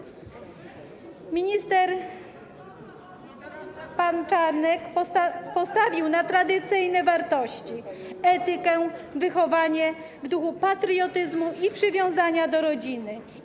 Minister, pan Czarnek, postawił na tradycyjne wartości: etykę, wychowanie w duchu patriotyzmu i przywiązania do rodziny.